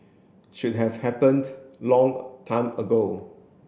should have happened long time ago